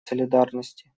солидарности